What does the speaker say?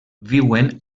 viuen